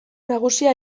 nagusia